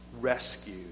rescue